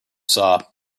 saw